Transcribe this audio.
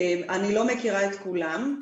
אני לא מכירה את כולם.